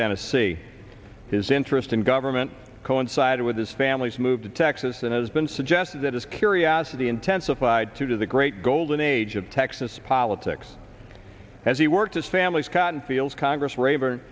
tennessee his interest in government coincided with his family's move to texas and has been suggested that his curiosity intensified to the great golden age of texas politics as he worked his family's cotton fields congress ra